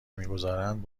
میگذارند